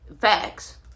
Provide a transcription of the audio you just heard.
Facts